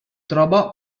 troba